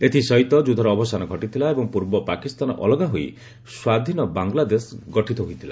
ଏଥିସହିତ ଯୁଦ୍ଧର ଅବସାନ ଘଟିଥିଲା ଏବଂ ପୂର୍ବ ପାକିସ୍ତାନ ଅଲଗା ହୋଇ ସ୍ୱାଧୀନ ବାଂଲାଦେଶ ଗଠିତ ହୋଇଥିଲା